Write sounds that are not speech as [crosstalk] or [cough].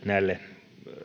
[unintelligible] näille